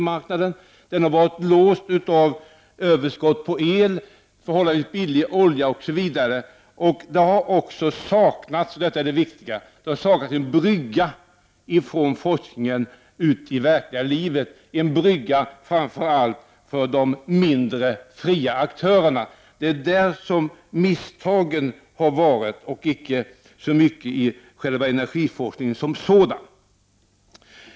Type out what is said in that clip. Marknaden har varit låst av överskott på el, förhållandevis billig olja osv. Men det viktigaste är att det har saknats en brygga mellan forskningen och det verkliga livet, framför allt till de mindre, fria aktörerna. Det är på det området som misstagen har begåtts och inte så mycket i själva energiforskningen.